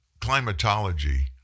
Climatology